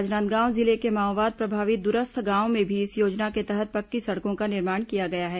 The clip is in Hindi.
राजनांदगांव जिले के माओवाद प्रभावित दूरस्थ गांवों में भी इस योजना के तहत पक्की सड़कों का निर्माण किया गया है